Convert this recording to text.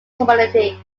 commodity